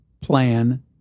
plan